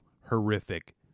horrific